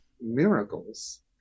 miracles